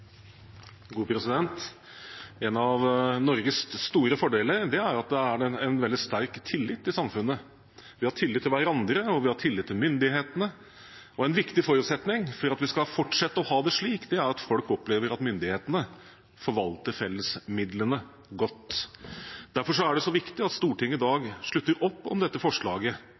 samfunnet. Vi har tillit til hverandre, og vi har tillit til myndighetene. En viktig forutsetning for at vi skal fortsette å ha det slik, er at folk opplever at myndighetene forvalter fellesmidlene godt. Derfor er det så viktig at Stortinget i dag slutter opp om dette forslaget: